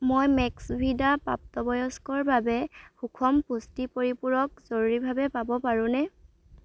মই মেক্সভিডা প্ৰাপ্তবয়স্কৰ বাবে সুষম পুষ্টি পৰিপূৰক জৰুৰীভাৱে পাব পাৰোঁনে